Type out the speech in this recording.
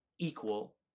equal